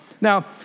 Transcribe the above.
Now